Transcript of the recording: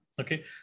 Okay